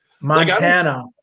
Montana